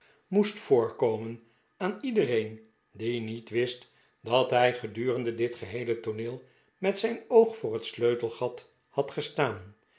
moest voorkomen aan iedereen die niet wist dat hij gedurende dit geheele tooneel met zijn oog voor het sleutelgat had gestaan